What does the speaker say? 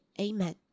Amen